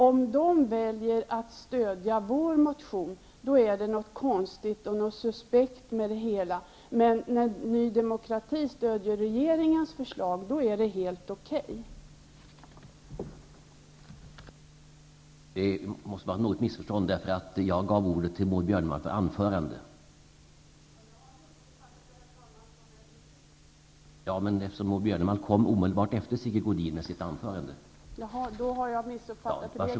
Om Ny demokrati väljer att stödja vår motion då är det, enligt Sigge Godin, något konstigt och suspekt. Men när Ny demokrati stöder regeringens förslag är det helt okej. Herr talman!